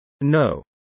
No